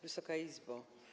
Wysoka Izbo!